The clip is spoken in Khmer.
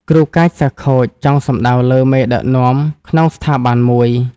គ្រូកាច សិស្សខូច ចង់សំដៅលើមេដឹកនាំក្នុងស្ថាប័នមួយ។